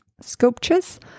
sculptures